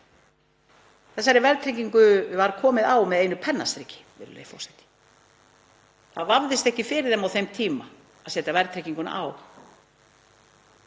Þessari verðtryggingu var komið á með einu pennastriki. Það vafðist ekki fyrir þeim á þeim tíma að setja verðtrygginguna á